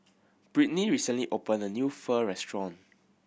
Brittnie recently opened a new Pho restaurant